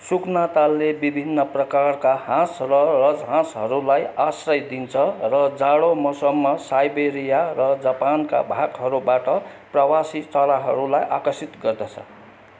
सुकना तालले विभिन्न प्रकारका हाँस र रजहाँसहरूलाई आश्रय दिन्छ र जाडो मौसममा साइबेरिया र जापानका भागहरूबाट प्रवासी चराहरूलाई आकर्षित गर्दछ